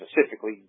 specifically